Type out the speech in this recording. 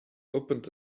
opened